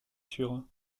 sûrs